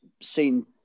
seen